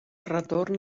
retorn